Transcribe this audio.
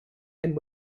and